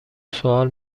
سوال